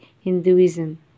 Hinduism